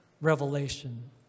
revelation